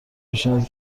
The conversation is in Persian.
پیشنهادی